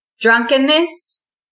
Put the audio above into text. Drunkenness